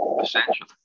Essential